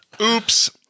Oops